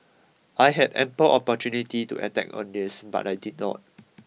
I had ample opportunity to attack on this but I did not